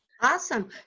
Awesome